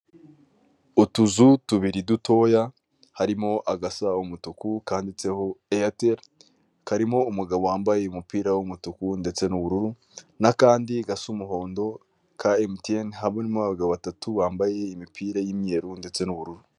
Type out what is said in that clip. Utuzu tubiri dutoya, harimo agasa umutuku kanditseho eyateri, karimo umugabo wambaye umupira w'umutuku ndetse n'ubururu, n'akandi gasa umuhondo ka MTN harimo abagabo batatu, bambaye imipira y'iumweru ndetse n'ubururu.